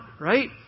right